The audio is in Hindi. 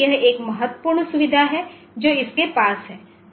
इसलिए यह एक महत्वपूर्ण सुविधा है जो इसके पास है